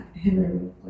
Henry